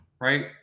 right